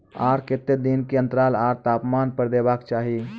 आर केते दिन के अन्तराल आर तापमान पर देबाक चाही?